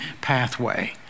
pathway